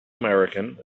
american